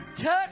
Touch